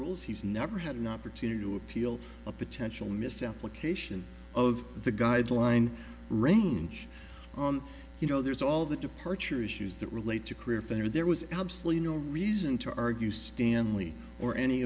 rules he's never had an opportune to appeal to a potential misapplication of the guideline range you know there's all the departure issues that relate to career fenner there was absolutely no reason to argue stanley or any